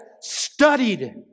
studied